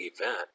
event